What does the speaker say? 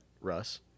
Russ